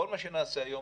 כל מה שנעשה היום,